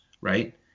right